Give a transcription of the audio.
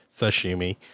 Sashimi